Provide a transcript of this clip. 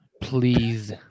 please